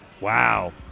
Wow